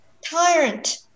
Tyrant